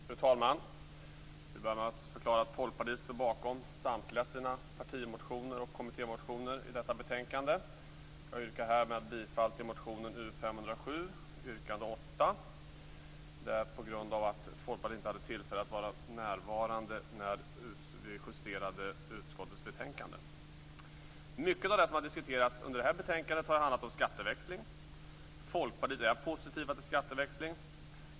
Fru talman! Jag vill börja med att förklara att Folkpartiet står bakom samtliga sina partimotioner och kommittémotioner i detta betänkande. Jag yrkar härmed bifall till motionen U507, yrkande 8, på grund av att Folkpartiet inte hade tillfälle att närvara när vi justerade utskottets betänkande. Mycket av det som har diskuterats under det här betänkandet har handlat om skatteväxling. I Folkpartiet är vi positiva till skatteväxling.